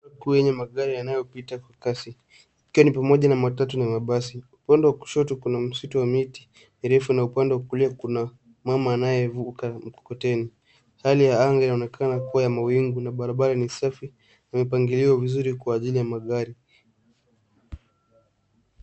..Kwenye magari yanayopita kwa kasi, ikiwa ni pamoja na matatu na mabasi. Upande wa kushoto kuna msitu wa miti mirefu na upande wa kulia kuna mama anayevuka mkokoteni. Hali ya anga inaonekana kuwa na mawingu na barabara ni safi na mpangilio mzuri kwa ajili ya magari.